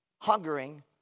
hungering